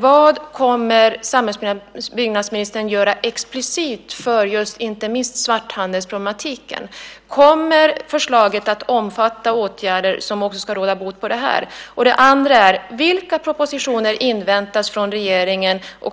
Vad kommer samhällsbyggnadsministern att göra explicit för att lösa inte minst svarthandelsproblematiken? Kommer förslaget att omfatta åtgärder som också ska råda bot på det? Vilka propositioner inväntas från regeringen?